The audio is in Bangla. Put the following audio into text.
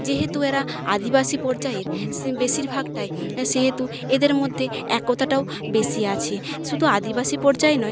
যেহেতু এরা আদিবাসী পর্যায়ের বেশিরভাগটাই সেহেতু এদের মধ্যে একতাটাও বেশি আছে শুধু আদিবাসী পর্যায় নয়